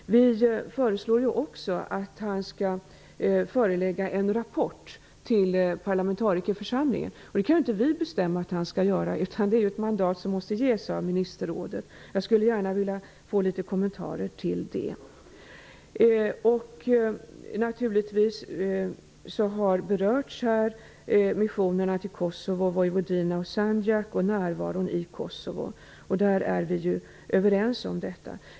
Vi föreslår att högkommissarien skall förelägga en rapport till parlamentarikerförsamlingen, men det kan ju inte vi bestämma att han skall göra -- det mandatet måste ges av ministerrådet. Jag skulle gärna vilja få några kommentarer kring detta. När det gäller missionerna till Kosovo, Vojvodina och Sandjak och närvaron i Kosovo, som har berörts här, är vi naturligtvis överens.